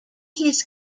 his